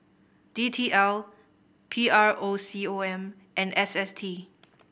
D T L P R O C O M and S S T